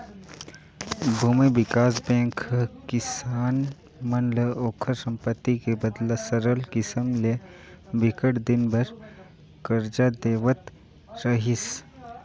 भूमि बिकास बेंक ह किसान मन ल ओखर संपत्ति के बदला सरल किसम ले बिकट दिन बर करजा देवत रिहिस